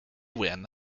win